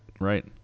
Right